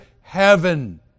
heaven